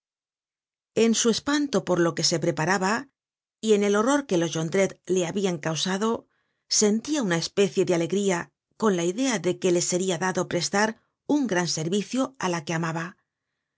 en su espanto por lo que se preparaba y en el horror que los jondrette le habian causado sentia una especie de alegría con la idea de que le seria dado prestar un gran servicio á la que amaba